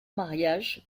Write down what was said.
mariage